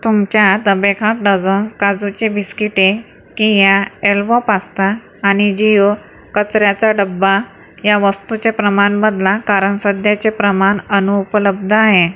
तुमच्या the baker's dozen काजूची बिस्किटे कीया एल्बो पास्ता आणि जिओ कचऱ्याचा डबा या वस्तूचे प्रमाण बदला कारण सध्याचे प्रमाण अनुपलब्ध आहे